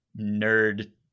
nerd